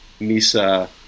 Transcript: Misa